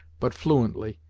but fluently,